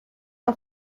auf